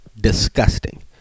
disgusting